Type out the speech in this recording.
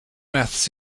maths